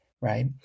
right